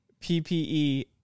PPE